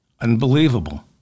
Unbelievable